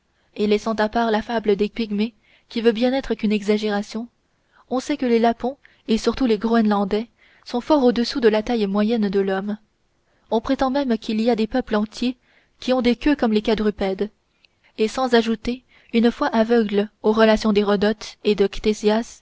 et laissant à part la fable des pygmées qui peut bien n'être qu'une exagération on sait que les lapons et surtout les groenlandais sont fort au-dessous de la taille moyenne de l'homme on prétend même qu'il y a des peuples entiers qui ont des queues comme les quadrupèdes et sans ajouter une foi aveugle aux relations d'hérodote et de